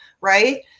right